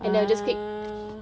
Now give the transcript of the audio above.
ah